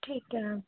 ਠੀਕ ਹੈ